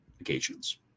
occasions